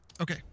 Okay